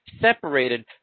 separated